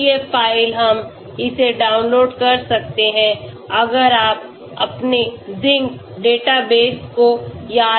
SDF file हम इसे download कर सकते हैं अगर आप अपनेZinc डेटाबेस को याद करें